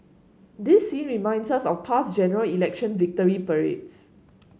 this scene reminds us of past General Election victory parades